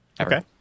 Okay